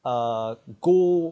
uh go